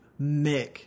Mick